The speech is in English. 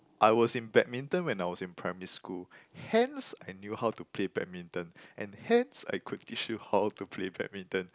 I was in badminton when I was in primary school hence I knew how to play badminton and hence I could teach you how to play badminton